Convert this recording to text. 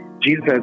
Jesus